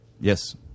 Yes